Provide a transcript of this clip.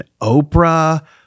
Oprah